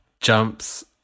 jumps